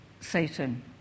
Satan